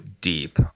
deep